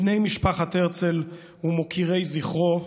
בני משפחת הרצל ומוקירי זכרו.